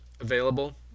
available